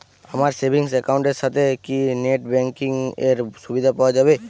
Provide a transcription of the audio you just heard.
আমার savings account এর সাথে কি নেটব্যাঙ্কিং এর সুবিধা পাওয়া যাবে?